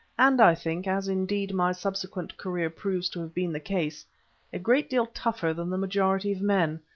and i think as, indeed, my subsequent career proves to have been the case a great deal tougher than the majority of men.